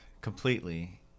completely